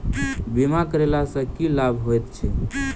बीमा करैला सअ की लाभ होइत छी?